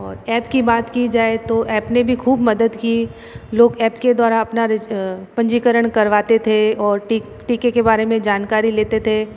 और ऐप की बात की जाए तो ऐप ने भी खूब मदद की लोग ऐप के द्वारा अपना पंजीकरण करवाते थे और टीके के बारे में जानकारी लेते थे